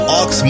ox